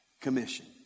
commission